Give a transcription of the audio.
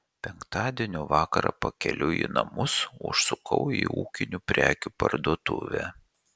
penktadienio vakarą pakeliui į namus užsukau į ūkinių prekių parduotuvę